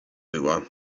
była